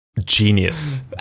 Genius